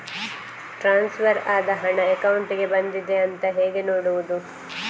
Transfer ಆದ ಹಣ ಅಕೌಂಟಿಗೆ ಬಂದಿದೆ ಅಂತ ಹೇಗೆ ನೋಡುವುದು?